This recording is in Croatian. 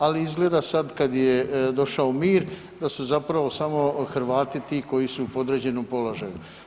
Ali izgleda sad kad je došao mir, da se zapravo samo Hrvati ti koji su u podređenom položaju.